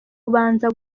ubanza